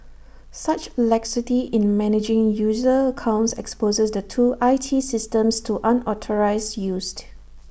such laxity in managing user accounts exposes the two I T systems to unauthorised used